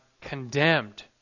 condemned